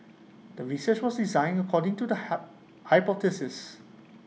the research was designed according to the hype hypothesis